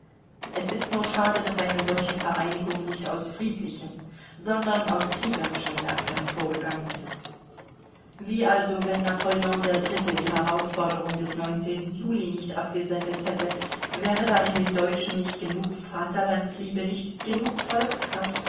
es ist nur schade daß eine solche vereinigung nicht aus friedlichem sondern aus kriegerischem werke hervorgegangen ist wie also wenn napoleon iii die herausforderung des juli nicht abgesendet hätte wäre da in den deutschen nicht genug vaterlandsliebe nicht genug